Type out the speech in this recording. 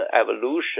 evolution